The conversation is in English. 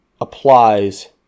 applies